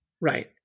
Right